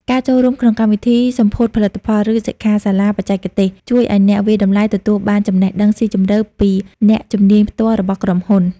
ការចូលរួមក្នុងកម្មវិធីសម្ពោធផលិតផល ឬសិក្ខាសាលាបច្ចេកទេស ជួយឱ្យអ្នកវាយតម្លៃទទួលបានចំណេះដឹងស៊ីជម្រៅពីអ្នកជំនាញផ្ទាល់របស់ក្រុមហ៊ុន។